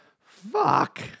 Fuck